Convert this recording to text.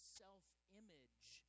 self-image